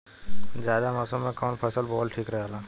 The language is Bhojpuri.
जायद मौसम में कउन फसल बोअल ठीक रहेला?